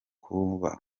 kuba